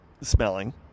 smelling